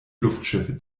luftschiffe